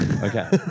Okay